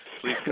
please